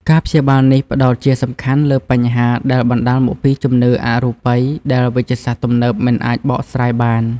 ការព្យាបាលនេះផ្តោតជាសំខាន់លើបញ្ហាដែលបណ្តាលមកពីជំនឿអរូបិយដែលវេជ្ជសាស្ត្រទំនើបមិនអាចបកស្រាយបាន។